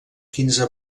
quinze